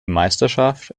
meisterschaft